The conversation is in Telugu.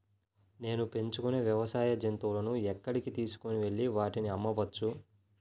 నేను పెంచుకొనే వ్యవసాయ జంతువులను ఎక్కడికి తీసుకొనివెళ్ళి వాటిని అమ్మవచ్చు?